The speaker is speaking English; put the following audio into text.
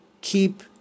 keep